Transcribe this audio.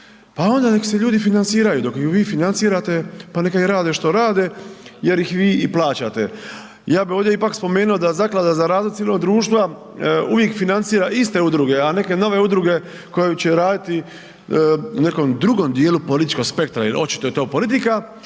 Pa onda neka se ljudi financiraju, dok ih vi financirate pa neka i rade što rade jer ih vi i plaćate. Ja bih ovdje ipak spomenuo da Zaklada za razvoj civilnog društva uvijek financira iste udruge a neke nove udruge koje će raditi u nekom drugom dijelu političkog spektra, jer očito je to politika